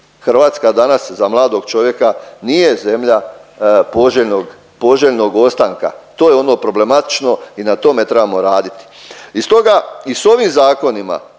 Hrvatska danas za mladog čovjeka nije zemlja poželjnog, poželjnog ostanka. To je ono problematično i na tome trebamo raditi.